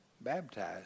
baptized